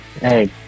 hey